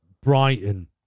brighton